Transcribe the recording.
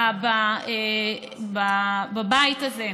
בבית הזה,